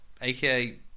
aka